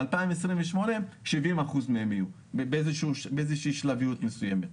ב-2028, 70% מהם יהיו, באיזו שהיא שלביות מסוימת.